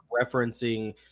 referencing